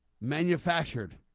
manufactured